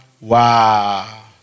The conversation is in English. Wow